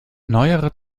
neuere